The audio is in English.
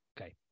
Okay